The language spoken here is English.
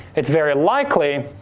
it's very likely